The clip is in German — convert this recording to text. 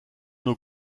nur